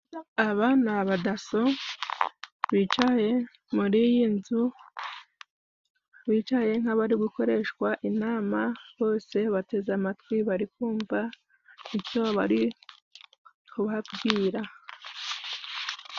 Aba ni abadaso bicaye muri iyi nzu bicaye nk'abari gukoreshwa inama. Bose bateze amatwi bari kumvamva ico bari kubabwira.